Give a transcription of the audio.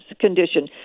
condition